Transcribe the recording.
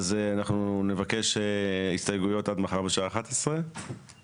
אז אנחנו נבקש הסתייגויות עד מחר בשעה 11:00,